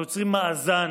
אנחנו יוצרים מאזן,